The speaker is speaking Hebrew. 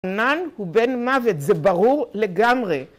נאן הוא בן מוות, זה ברור לגמרי.